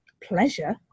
pleasure